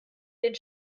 den